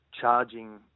charging